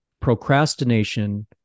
procrastination